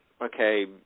Okay